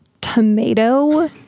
Tomato